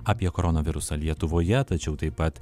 apie koronavirusą lietuvoje tačiau taip pat